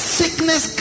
sickness